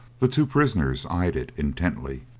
the two prisoners eyed it intently.